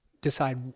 decide